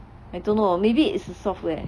I don't know maybe it's the software